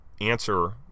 answer